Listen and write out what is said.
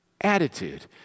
Attitude